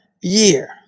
Year